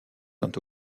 saint